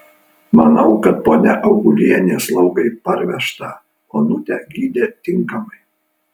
manau kad ponia augulienė slaugai parvežtą onutę gydė tinkamai